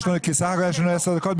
כי סך הכול יש לנו עשר דקות,